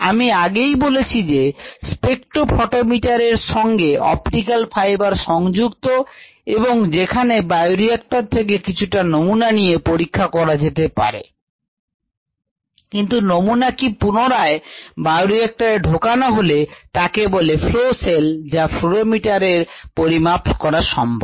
আমি আগেই বলেছি যে স্পেকট্রোফটোমিটার এর সঙ্গে অপটিক্যাল ফাইবার সংযুক্ত এবং যেখানে বায়োরিক্টর থেকে কিছুটা নমুনা নিয়ে পরীক্ষা করা যেতে পারে কিন্তু নমুনা কি পুনরায় বায়োরিক্টরএ ঢোকানো হলে তাকে বলে flow cell যা fluorimeter এ পরিমাপ করা সম্ভব